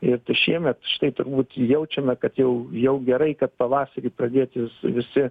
ir tai šiemet štai turbūt jaučiame kad jau jau gerai kad pavasarį pradėti visi